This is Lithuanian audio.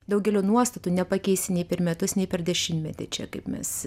daugelio nuostatų nepakeisi nei per metus nei per dešimtmetį čia kaip mes